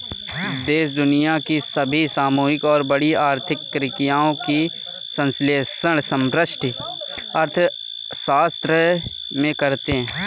देश दुनिया की सभी सामूहिक और बड़ी आर्थिक क्रियाओं का विश्लेषण समष्टि अर्थशास्त्र में करते हैं